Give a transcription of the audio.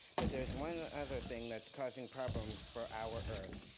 but there's one other thing that's causing problems for our earth.